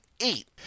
eight